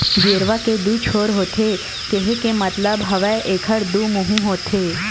गेरवा के दू छोर होथे केहे के मतलब हवय एखर दू मुहूँ होथे